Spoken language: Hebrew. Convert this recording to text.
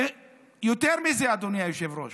יותר מזה, אדוני היושב-ראש,